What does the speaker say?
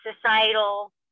societal